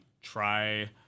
try